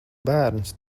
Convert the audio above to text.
bērns